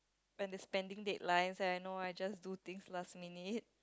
when there's pending datelines and I know I just do things last minute